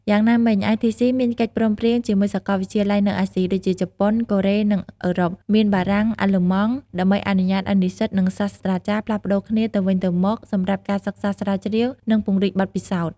យ៉ាងណាមិញITC មានកិច្ចព្រមព្រៀងជាមួយសាកលវិទ្យាល័យនៅអាស៊ី ដូចជាជប៉ុន កូរ៉េ និងអឺរ៉ុបមាន បារាំង អាល្លឺម៉ង់ ដើម្បីអនុញ្ញាតឱ្យនិស្សិត និងសាស្ត្រាចារ្យផ្លាស់ប្តូរគ្នាទៅវិញទៅមកសម្រាប់ការសិក្សាស្រាវជ្រាវ និងពង្រីកបទពិសោធន៍។